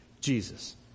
Jesus